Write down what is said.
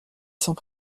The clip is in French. sans